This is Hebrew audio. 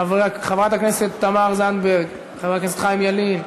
חברת הכנסת תמר זנדברג, חבר הכנסת חיים ילין,